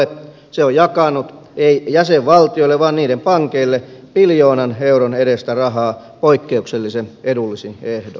se on jakanut ei jäsenvaltioille vaan niiden pankeille biljoonan euron edestä rahaa poikkeuksellisen edullisin ehdoin